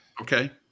Okay